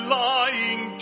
lying